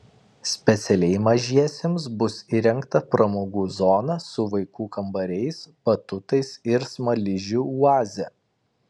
specialiai mažiesiems bus įrengta pramogų zona su vaikų kambariais batutais ir smaližių oaze